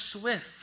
swift